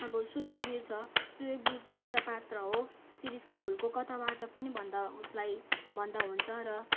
अब सुयोगवीर छ सुयोगवीर चाहिँ एउटा पात्र हो शिरीषको फुलको कतावाचक पनि भन्दा उसलाई भन्दा हुन्छ र